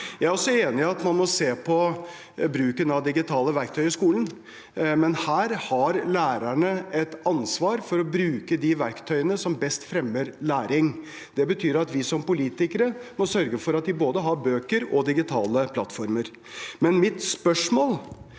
Jeg er også enig i at man må se på bruken av digitale verktøy i skolen, men her har lærerne et ansvar for å bruke de verktøyene som best fremmer læring. Det betyr at vi som politikere må sørge for at de har både bøker og digitale plattformer. Men mitt spørsmål